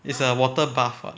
it's a water bath [what]